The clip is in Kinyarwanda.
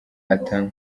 ata